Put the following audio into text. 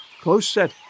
close-set